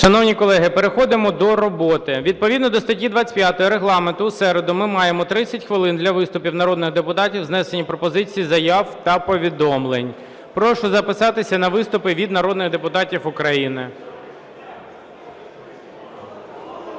Шановні колеги, переходимо до роботи. Відповідно до статті 25 Регламенту у середу ми маємо 30 хвилин для виступів народних депутатів з внесенням пропозицій, заяв та повідомлень. Прошу записатися на виступи від народних депутатів України.